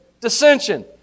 dissension